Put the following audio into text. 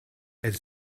elle